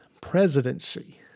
presidency